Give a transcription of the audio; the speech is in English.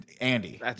Andy